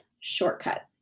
shortcut